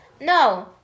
no